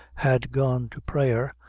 had gone to prayer,